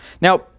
Now